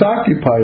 occupied